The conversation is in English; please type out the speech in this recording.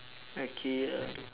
okay uh